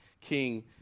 king